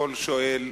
כל שואל,